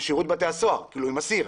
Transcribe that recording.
שירות בתי הסוהר, עם אסיר.